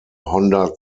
honda